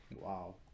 Wow